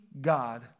God